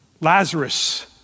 Lazarus